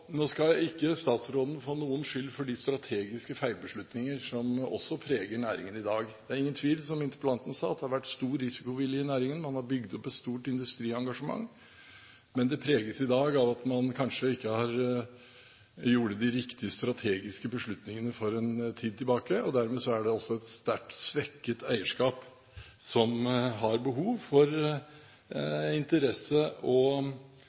Nå skal ikke statsråden få noen skyld for de strategiske feilbeslutninger som også preger næringen i dag. Det er ingen tvil om, som interpellanten sa, at det har vært stor risikovilje i næringen, og man har bygd opp et stort industriengasjement, men det preges i dag av at man kanskje ikke tok de riktige strategiske beslutningene for en tid tilbake. Dermed er det også et sterkt svekket eierskap som har behov for interesse og